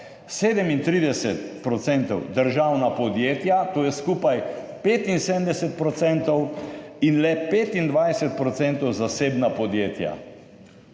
37 % državna podjetja, to je skupaj 75 %, in le 25 % zasebna podjetja.